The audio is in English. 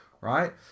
Right